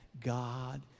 God